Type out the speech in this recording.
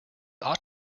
ought